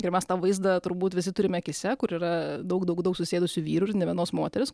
ir mes tą vaizdą turbūt visi turim akyse kur yra daug daug daug susėdusių vyrų ir nė vienos moters